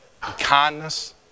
kindness